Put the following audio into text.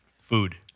food